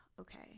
okay